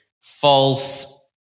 false